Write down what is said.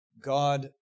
God